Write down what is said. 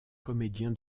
comédien